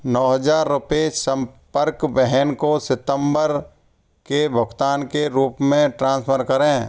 नौ हज़ार रुपये संपर्क बहन को सितंबर के भुगतान के रूप में ट्रांसफ़र करें